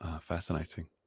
Fascinating